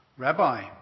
Rabbi